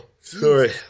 sorry